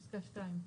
בפסקה (2),